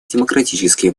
демократические